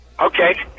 Okay